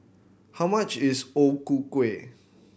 how much is O Ku Kueh